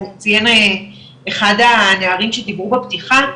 ציין אחד הנערים שדיברו בפתיחה,